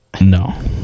No